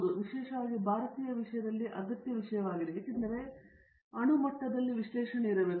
ಇದು ವಿಶೇಷವಾಗಿ ಭಾರತೀಯ ವಿಷಯದಲ್ಲಿ ಅಗತ್ಯ ವಿಷಯವಾಗಿದೆ ಏಕೆಂದರೆ ನಾನು ನಿಮಗೆ ಹೇಳಿದಂತೆ ಇಂದು ಅಣು ಮಟ್ಟದಲ್ಲಿ ವಿಶ್ಲೇಷಣೆ ಇರಬೇಕು